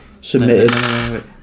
Submitted